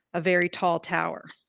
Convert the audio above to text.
a very tall tower.